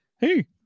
hey